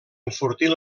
enfortir